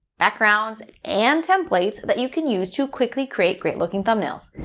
backgrounds and templates, that you can use to quickly create great-looking thumbnails.